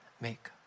make